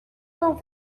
con